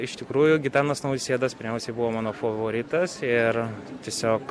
iš tikrųjų gitanas nausėdas pirmiausiai buvo mano favoritas ir tiesiog